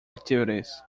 activities